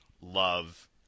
love